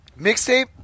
Mixtape